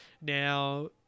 Now